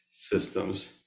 systems